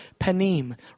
panim